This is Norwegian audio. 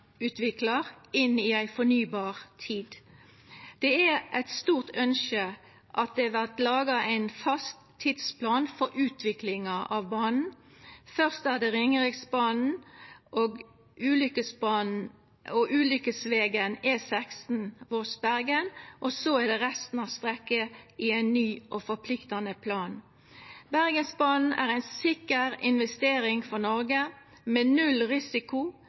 inn i ei fornybar tid. Det er eit stort ønske at det vert laga ein fast tidsplan for utviklinga av banen. Først er det Ringeriksbanen og ulukkesvegen E16 Voss–Bergen, og så er det resten av strekket i ein ny og forpliktande plan. Bergensbanen er ei sikker investering for Noreg, med null risiko,